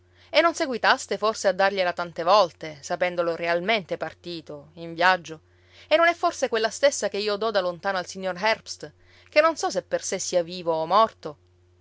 e non seguitaste forse a dargliela tante volte sapendolo realmente partito in viaggio e non è forse quella stessa che io do da lontano al signor herbst che non so se per sé sia vivo o morto